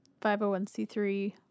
501c3